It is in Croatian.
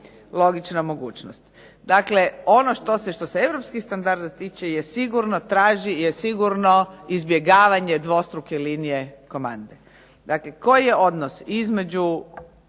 logična mogućnost. Dakle, ono što se, što se europskih standarda tiče je sigurno traži, je sigurno izbjegavanje dvostruke linije komande. Dakle, koji je odnos između